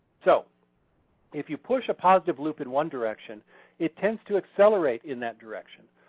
so if you push a positive loop in one direction it tends to accelerate in that direction.